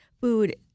food